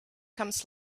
comes